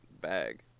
bag